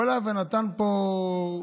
הוא עלה ונתן פה,